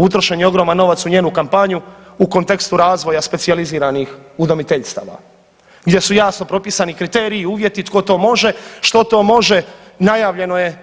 Utrošen je ogroman novac u njenu kampanju u kontekstu razvoja specijaliziranih udomiteljstva gdje su jasno propisani kriteriji i uvjeti tko to može, što to može najavljeno je